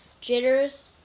Jitters